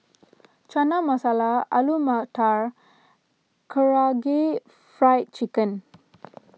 Chana Masala Alu Matar Karaage Fried Chicken